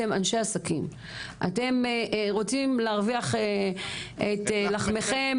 אתם אנשי עסקים ואתם רוצים להרוויח את לחמכם